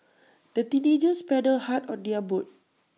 the teenagers paddled hard on their boat